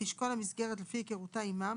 תשקול המסגרת לפי היכרותה עמם,